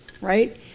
right